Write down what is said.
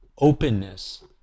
openness